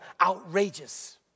outrageous